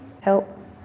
help